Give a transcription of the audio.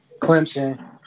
Clemson